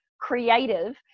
creative